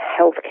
healthcare